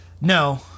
no